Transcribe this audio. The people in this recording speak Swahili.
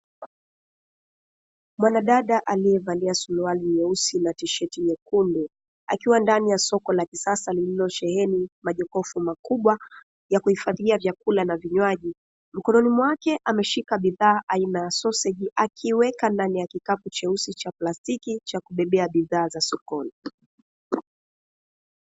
Mwanadada alievalia suruali na tisheti nyekundu akiwa ndani ya soko la kisasa lililosheheni majokofu makubwa yakuhifgadhia vyakula na vinywaji, mkononi mwake ameshika bidhaa aina ya soseji akiweka ndani ya kikapu cheusi cha plastiki chakubebea bidhaa za sokoni.